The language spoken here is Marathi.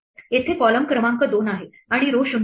येथे column क्रमांक 2 आहे आणि row 0 आहे